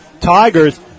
Tigers